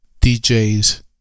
DJs